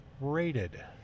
rated